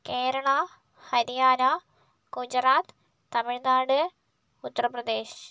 Kerala Haryana Gujarat Tamil Nadu Uttar Pradesh